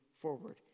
forward